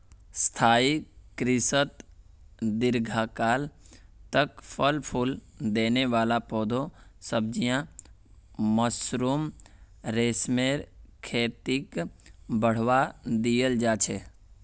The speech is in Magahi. स्थाई कृषित दीर्घकाल तक फल फूल देने वाला पौधे, सब्जियां, मशरूम, रेशमेर खेतीक बढ़ावा दियाल जा छे